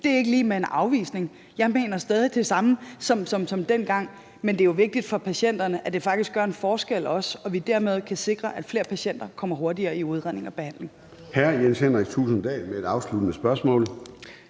Det er ikke lig med en afvisning; jeg mener stadig det samme som dengang. Men det er vigtigt for patienterne, at det faktisk også gør en forskel, og at vi dermed kan sikre, at flere patienter kommer hurtigere i udredning og behandling.